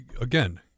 again